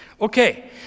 Okay